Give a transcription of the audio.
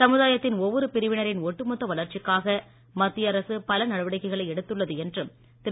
சமுதாயத்தின் ஒவ்வொரு பிரிவினரின் ஒட்டு மொத்த வளர்ச்சிக்காக மத்திய அரசு பல நடவடிக்கைகளை எடுத்துள்ளது என்றும் திரு